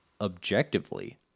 objectively